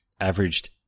averaged